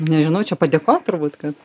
nežinau čia padėkot turbūt kad